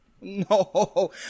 no